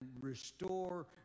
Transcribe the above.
restore